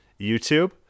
YouTube